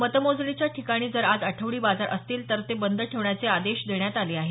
मतमोजणीच्या ठिकाणी जर आज आठवडी बाजार असतील तर ते बंद ठेवण्याचे आदेश देण्यात आले आहेत